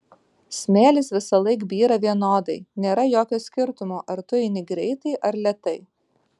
smėlis visąlaik byra vienodai nėra jokio skirtumo ar tu eini greitai ar lėtai